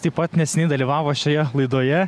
taip pat neseniai dalyvavo šioje laidoje